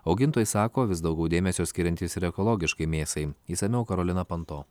augintojai sako vis daugiau dėmesio skiriantys ir ekologiškai mėsai išsamiau karolina panto